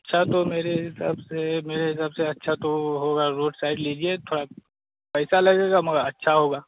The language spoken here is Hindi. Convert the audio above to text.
अच्छा तो मेरे हिसाब से मेरे हिसाब से अच्छा तो हो होगा रोड साइड लीजिए थोड़ा पैसा लगेगा मगर अच्छा होगा